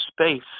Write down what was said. space